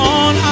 on